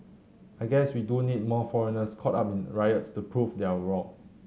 I guess we do need more foreigners caught up in riots to prove their worth